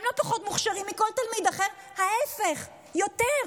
הם לא פחות מוכשרים מכל תלמיד אחר, ההפך יותר.